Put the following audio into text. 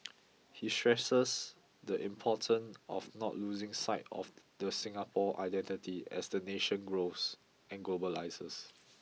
he stresses the importance of not losing sight of the Singapore identity as the nation grows and globalises